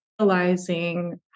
realizing